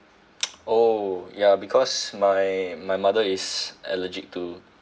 oh ya because my my mother is allergic to